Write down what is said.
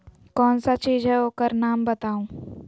कौन सा चीज है ओकर नाम बताऊ?